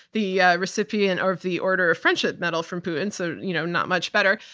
the recipient of the order of friendship medal from putin so, you know, not much better,